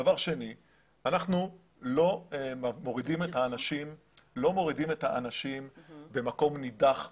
אנחנו לא מורידים את האנשים במקום נידח וכולי.